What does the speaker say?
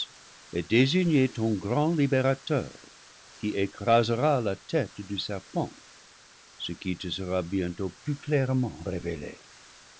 désigné ton grand libérateur qui écrasera la tête du serpent ce qui te sera bien tôt plus clairement révélé